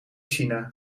china